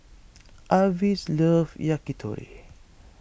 Avis loves Yakitori